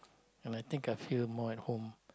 and I think I feel more at home